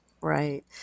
Right